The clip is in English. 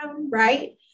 right